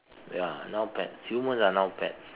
ya now pets humans are now pets